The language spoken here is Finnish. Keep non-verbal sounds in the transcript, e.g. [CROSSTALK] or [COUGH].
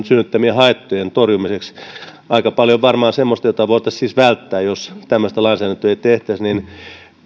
[UNINTELLIGIBLE] synnyttämien haittojen torjumiseksi aika paljon varmaan semmoista jota voitaisiin siis välttää jos tämmöistä lainsäädäntöä ei tehtäisi niin